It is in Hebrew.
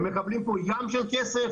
הם מקבלים פה ים של כסף,